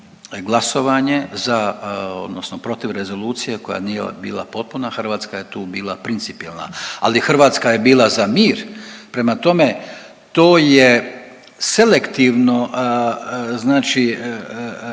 glasovanje za odnosno protiv rezolucije koja nije bila potpuna Hrvatska je tu bila principijelna, ali Hrvatska je bila za mir. Prema tome, to je selektivno znači